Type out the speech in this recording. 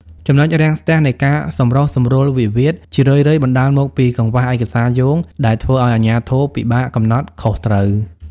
ចំណុចរាំងស្ទះនៃការសម្រុះសម្រួលវិវាទ ជារឿយៗបណ្តាលមកពី "កង្វះឯកសារយោង" ដែលធ្វើឱ្យអាជ្ញាធរពិបាកកំណត់ខុសត្រូវ។